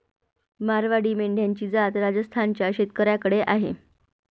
मारवाडी मेंढ्यांची जात राजस्थान च्या शेतकऱ्याकडे आहे